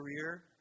career